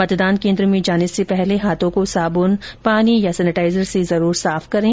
मतदान केंद्र में जाने से पहले हाथों को साबुन पानी या सेनेटाइजर से जरूर साफ करें